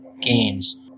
games